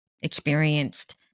experienced